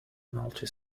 multi